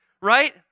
right